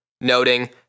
noting